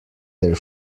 their